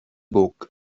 book